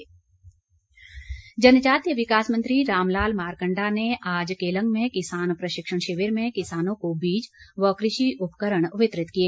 किसान जनजातीय विकास मंत्री रामलाल मारकण्डा ने आज केलंग में किसान प्रशिक्षण शिविर में किसानों को बीज व कृषि उपकरण वितरित किए